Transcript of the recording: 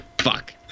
Fuck